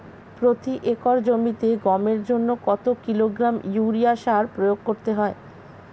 প্রতি একর জমিতে গমের জন্য কত কিলোগ্রাম ইউরিয়া সার প্রয়োগ করতে হয়?